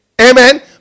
Amen